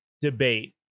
debate